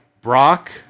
Brock